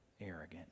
arrogant